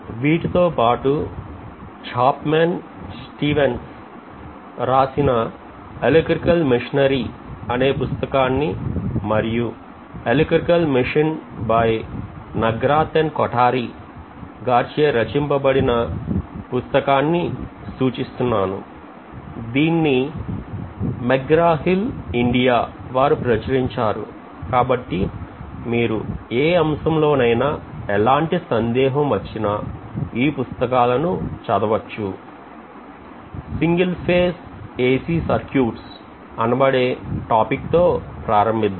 వీటితో పాటు Chapman Stephens వ్రాసిన ఎలక్ట్రికల్ మెషినరీ అనే పుస్తకాన్ని మరియు Electrical Machine by Nagrath and Kothari గారిచే రచింపబడిన పుస్తకాన్ని సూచిస్తున్నారు దీన్ని McGraw Hill India వారు ప్రచురించారు కాబట్టి మీరు ఏ అంశంలో నైనా ఎలాంటి సందేహం వచ్చినా ఈ పుస్తకాలను చదవచ్చు సింగిల్ ఫేజ్ AC సర్క్యూట్స్ అనబడే టాపిక్ తో ప్రారంభిద్దాం